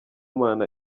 mana